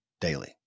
daily